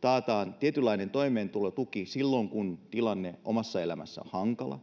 taataan tietynlainen toimeentulotuki silloin kun tilanne omassa elämässä on hankala